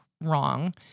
wrong